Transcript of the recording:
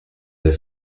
the